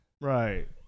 Right